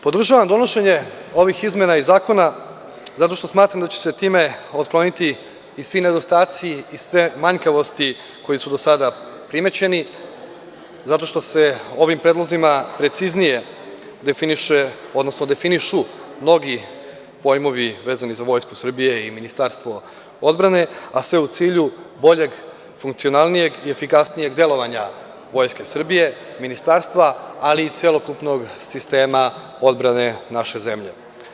Podržavam donošenje ovih izmena iz zakona zato što smatram da će se time otkloniti i svi nedostaci i sve manjkavosti koji su do sada primećeni, zato što se ovim predlozima preciznije definiše, odnosno definišu mnogi pojmovi vezani za Vojsku Srbije i Ministarstvo odbrane, a sve u cilju boljeg, funkcionalnijeg i efikasnijeg delovanja Vojske Srbije, ministarstva, ali i celokupnog sistema odbrane naše zemlje.